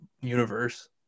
universe